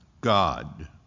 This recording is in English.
God